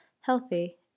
healthy